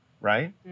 right